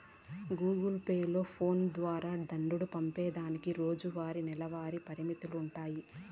Google Pay, phones ద్వారా దుడ్డు పంపేదానికి రోజువారీ, నెలవారీ పరిమితులుండాయి